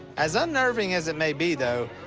as unnerving as it may be, though,